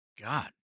God